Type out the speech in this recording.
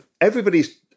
everybody's